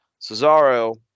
Cesaro